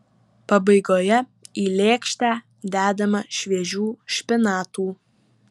pabaigoje į lėkštę dedama šviežių špinatų